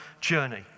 journey